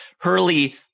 Hurley